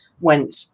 went